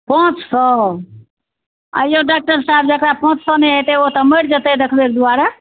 पाँच सओ अँइऔ डॉक्टर सहेब जकरा पाँच सओ नहि हेतै ओ तऽ मरि जेतै देखबै दुआरे